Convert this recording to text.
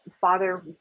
father